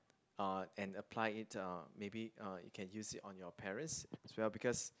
uh and apply it uh maybe uh you can use it on your parents as well because